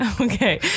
Okay